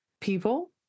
people